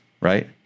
Right